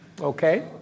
Okay